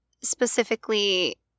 specifically